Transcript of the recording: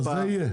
אז זה יהיה?